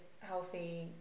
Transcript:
healthy